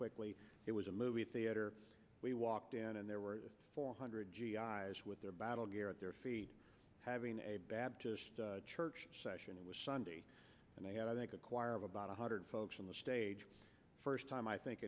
quickly it was a movie theater we walked in and there were four hundred g i s with their battle gear at their feet having a baptist church session it was sunday and they had i think a choir of about one hundred folks on the stage first time i think